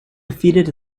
defeated